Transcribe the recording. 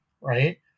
right